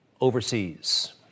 overseas